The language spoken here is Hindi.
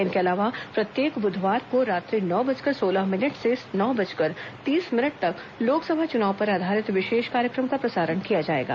इनके अलावा प्रत्येक बुधवार को रात्रि नौ बजकर सोलह मिनट से नौ बजकर तीस मिनट तक लोकसभा चुनाव पर आधारित विशेष कार्यक्रम का प्रसारण किया जाएगा